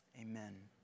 Amen